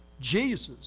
Jesus